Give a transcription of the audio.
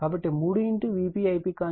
కాబట్టి 3 Vp Ip